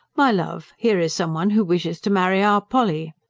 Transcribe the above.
my love, here is someone who wishes to marry our polly.